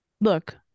Look